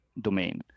domain